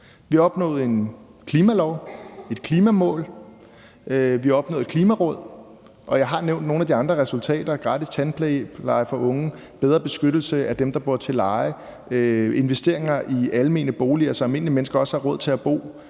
Vi opnåede at få et Klimaråd. Og jeg har nævnt nogle af de andre resultater: gratis tandpleje for unge, bedre beskyttelse af dem, der bor til leje, investeringer i almene boliger, så almindelige mennesker også har råd til at bo